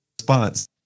response